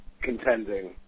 contending